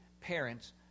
parents